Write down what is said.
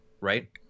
right